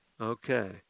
Okay